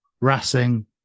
Racing